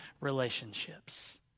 relationships